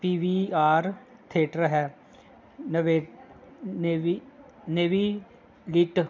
ਪੀ V R theatre ਹੈ ਨਵੀ ਨੇਵੀ ਨੇਵੀ ਗਿੱਟ